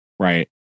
Right